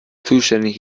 zuständig